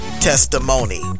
testimony